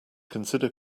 consider